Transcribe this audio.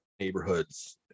neighborhoods